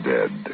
Dead